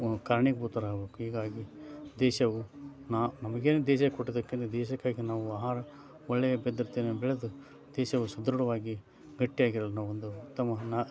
ಕಾರಣೀಭೂತರಾಗಬೇಕು ಹೀಗಾಗಿ ದೇಶವು ನಮಗೇನು ದೇಶ ಕೊಟ್ಟಿದಕ್ಕಿಂತ ದೇಶಕ್ಕಾಗಿ ನಾವು ಆಹಾರ ಒಳ್ಳೆಯ ಪದ್ಧತಿಯಲ್ಲಿ ಬೆಳೆದು ದೇಶವು ಸದೃಢವಾಗಿ ಗಟ್ಟಿಯಾಗಿರಲು ನಾವೊಂದು ಉತ್ತಮ ನಾ